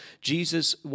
Jesus